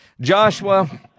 Joshua